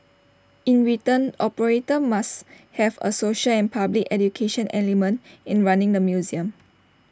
in return operator must have A social and public education element in running the museum